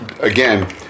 again